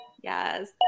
yes